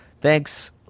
Thanks